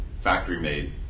factory-made